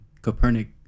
Copernic